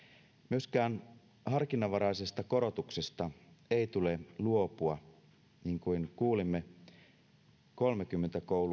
myöskään harkinnanvaraisesta korotuksesta ei tule luopua niin kuin kuulimme kolmekymmentäkolme